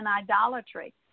idolatry